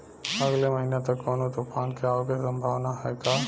अगले महीना तक कौनो तूफान के आवे के संभावाना है क्या?